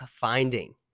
finding